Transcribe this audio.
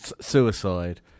suicide